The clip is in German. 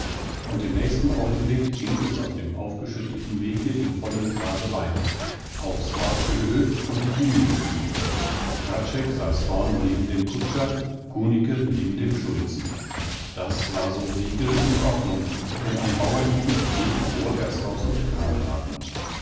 und im nächsten augenblicke ging es auf dem aufgeschütteten wege in vollem trabe weiter auf orth's gehöft und die mühle zu hradscheck saß vorn neben dem kutscher kunicke neben dem schulzen das war so regel und ordnung denn ein bauerngut geht vor gasthaus und